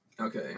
Okay